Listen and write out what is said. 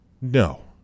No